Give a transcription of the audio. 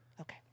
Okay